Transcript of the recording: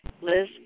Liz